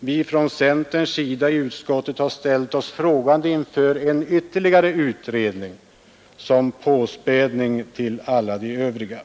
vi från centerns sida i utskottet har ställt oss frågande inför en ytterligare utredning som påspädning till alla de övriga.